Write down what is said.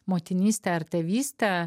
motinystė ar tėvystė